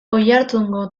oiartzungo